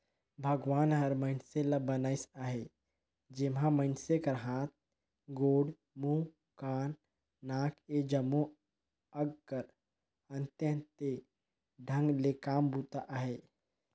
भगवान हर मइनसे ल बनाइस अहे जेम्हा मइनसे कर हाथ, गोड़, मुंह, कान, नाक ए जम्मो अग कर अन्ते अन्ते ढंग ले काम बूता अहे